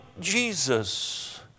Jesus